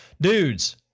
Dudes